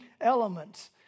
elements